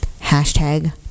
Hashtag